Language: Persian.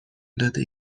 داده